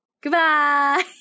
Goodbye